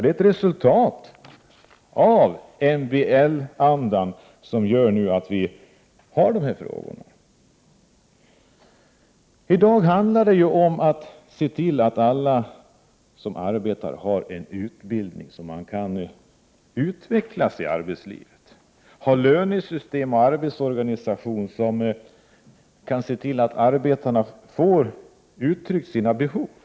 De här frågorna är ett resultat av MBL-andan. I dag handlar det om att se till att alla som arbetar har en utbildning, så att de kan utvecklas i arbetslivet. Lönesystem och arbetsorganisation bör vara sådana att arbetarna får ge uttryck för sina behov.